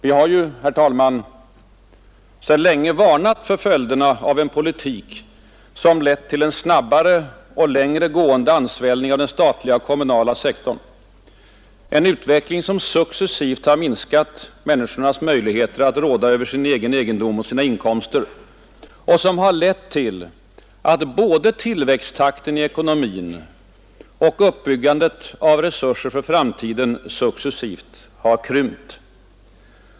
Vi har ju, herr talman, sedan länge varnat för följderna av en politik som lett till en snabbare och längre gående ansvällning av den statliga och kommunala sektorn, en utveckling som successivt har minskat människornas möjligheter att råda över sin egendom och sina egna inkomster och som har lett till att både tillväxttakten i ekonomin och uppbyggandet av resurser för framtiden successivt har krympt.